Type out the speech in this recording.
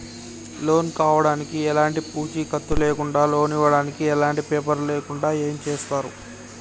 Loan కావడానికి ఎలాంటి పూచీకత్తు లేకుండా లోన్ ఇవ్వడానికి ఎలాంటి పేపర్లు లేకుండా ఏం చేస్తారు?